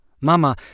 Mama